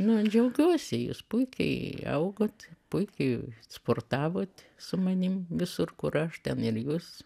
na džiaugiuosi jus puikiai augot puikiai sportavot su manim visur kur aš ten ir jūs